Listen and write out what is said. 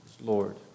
Lord